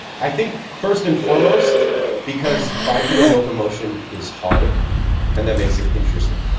i think first and foremost because bipedal locomotion is hard and that makes it interesting.